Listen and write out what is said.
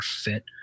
fit